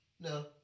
No